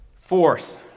Fourth